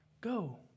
go